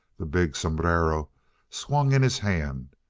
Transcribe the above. the big sombrero swung in his hand.